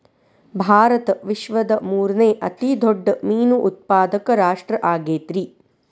ಭಾರತ ವಿಶ್ವದ ಮೂರನೇ ಅತಿ ದೊಡ್ಡ ಮೇನು ಉತ್ಪಾದಕ ರಾಷ್ಟ್ರ ಆಗೈತ್ರಿ